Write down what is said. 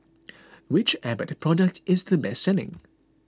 which Abbott product is the best selling